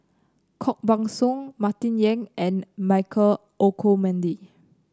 Koh Buck Song Martin Yan and Michael Olcomendy